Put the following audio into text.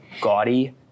gaudy